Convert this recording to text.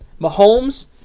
Mahomes